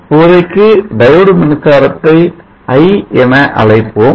இப்போதைக்கு டையோடு மின்சாரம் ஐ என அழைப்போம்